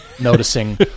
noticing